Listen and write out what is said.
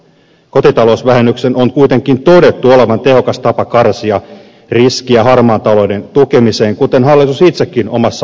kotitalousvähennyksen on kuitenkin todettu olevan tehokas tapa karsia riskiä harmaan talouden tukemiseen kuten hallitus itsekin omassa ohjelmassaan toteaa